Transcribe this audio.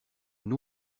une